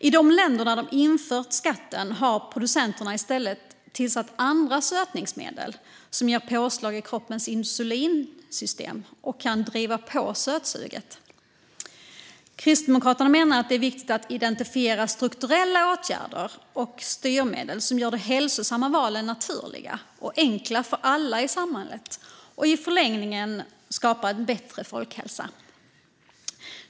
I de länder där man infört en sådan skatt har producenterna i stället tillsatt andra sötningsmedel, som ger påslag i kroppens insulinsystem och kan driva på sötsuget. Kristdemokraterna menar att det är viktigt att identifiera strukturella åtgärder och styrmedel som gör de hälsosamma valen naturliga och enkla för alla i samhället och i förlängningen skapar en bättre folkhälsa.